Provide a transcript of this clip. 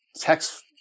text